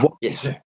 yes